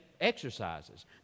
exercises